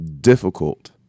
difficult